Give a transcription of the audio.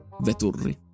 Veturri